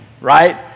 right